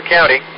County